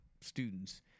students